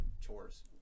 chores